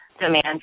demand